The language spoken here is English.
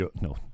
no